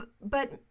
But